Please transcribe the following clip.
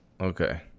okay